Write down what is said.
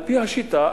על-פי השיטה,